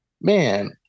man